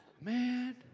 Man